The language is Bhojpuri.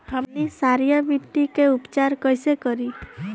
हमनी क्षारीय मिट्टी क उपचार कइसे करी?